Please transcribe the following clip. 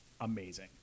amazing